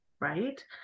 right